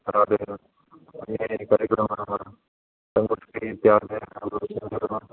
तावदेव अन्ये कार्यक्रमाः सङ्गोष्ठी इत्यादयः भविष्यति वा